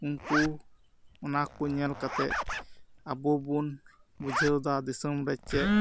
ᱩᱱᱠᱩ ᱚᱱᱟ ᱠᱚ ᱧᱮᱞ ᱠᱟᱛᱮᱫ ᱟᱵᱚ ᱵᱚᱱ ᱵᱩᱡᱷᱟᱹᱣᱫᱟ ᱫᱤᱥᱚᱢ ᱨᱮ ᱪᱮᱫ